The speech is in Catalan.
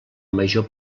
major